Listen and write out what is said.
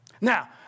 Now